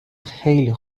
خیلی